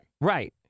Right